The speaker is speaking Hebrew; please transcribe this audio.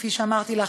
כפי שאמרתי לך,